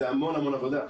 זה המון עבודה.